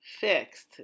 Fixed